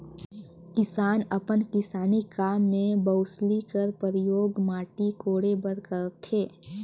किसान अपन किसानी काम मे बउसली कर परियोग माटी कोड़े बर करथे